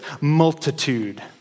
multitude